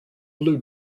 blue